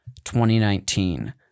2019